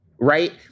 right